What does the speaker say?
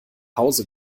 hause